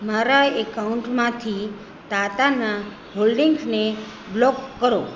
મારા એકાઉન્ટમાંથી ટાટાનાં હોલ્ડીંગ્સને બ્લોક કરો